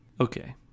Okay